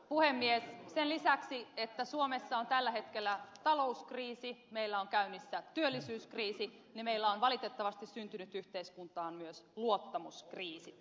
sen lisäksi että suomessa on tällä hetkellä talouskriisi meillä on käynnissä työllisyyskriisi niin meillä on valitettavasti syntynyt yhteiskuntaan myös luottamuskriisi